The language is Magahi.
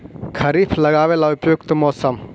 खरिफ लगाबे ला उपयुकत मौसम?